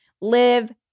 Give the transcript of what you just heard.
live